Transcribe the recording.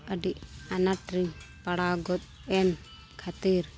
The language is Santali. ᱟᱹᱰᱤ ᱟᱱᱟᱴ ᱨᱮᱧ ᱯᱟᱲᱟᱣ ᱜᱚᱫ ᱮᱱ ᱠᱷᱟᱹᱛᱤᱨ